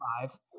five